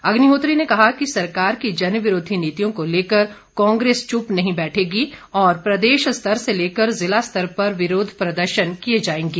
अग्निहोत्री ने कहा कि सरकार की जनविरोधी नीतियों को लेकर कांग्रेस चुप नहीं बैठेगी और प्रदेश स्तर से ज़िला स्तर पर विरोध प्रदर्शन किए जाएंगे